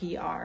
PR